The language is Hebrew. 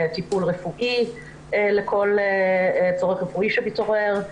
טיפול רפואי לכל צורך רפואי שמתעורר,